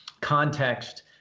context